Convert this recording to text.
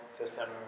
system